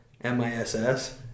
M-I-S-S